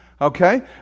Okay